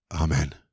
Amen